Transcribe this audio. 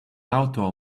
outdoor